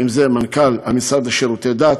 מנכ"ל המשרד לשירותי דת,